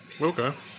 Okay